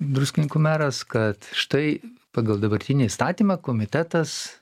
druskininkų meras kad štai pagal dabartinį įstatymą komitetas